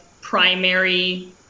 primary